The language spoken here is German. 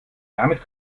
damit